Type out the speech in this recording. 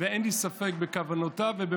אין לי ספק בזה.